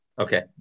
Okay